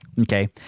Okay